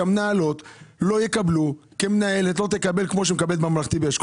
שהמנהלות לא יקבלו כמו שמקבלות בממלכתי באשכול